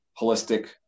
holistic